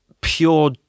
pure